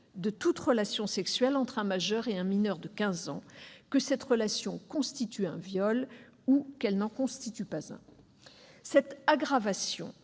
de toute relation sexuelle entre un majeur et un mineur de quinze ans, que cette relation constitue un viol ou qu'elle n'en constitue pas un. Cette aggravation